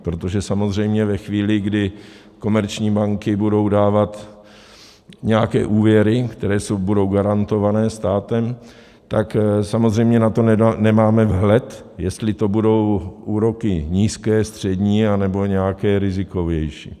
Protože samozřejmě ve chvíli, kdy komerční banky budou dávat nějaké úvěry, které budou garantované státem, tak samozřejmě na to nemáme vhled, jestli to budou úroky nízké, střední, anebo nějaké rizikovější.